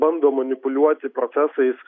bando manipuliuoti procesais